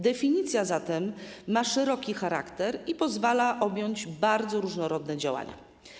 Definicja zatem ma szeroki charakter i pozwala objąć bardzo różnorodne działania.